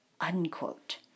unquote